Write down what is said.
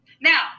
Now